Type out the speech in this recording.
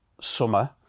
summer